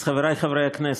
אז: חברי חברי הכנסת,